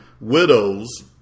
widows